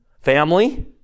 Family